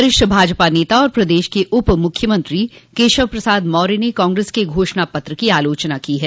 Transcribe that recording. वरिष्ठ भाजपा नेता और प्रदेश के उप मुख्यमंत्री केशव प्रसाद मौर्य ने कांग्रेस के घोषणा पत्र की आलोचना की है